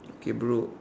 okay bro